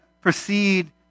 proceed